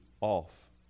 off